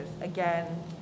Again